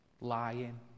Lying